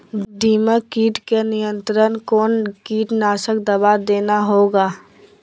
दीमक किट के नियंत्रण कौन कीटनाशक दवा देना होगा?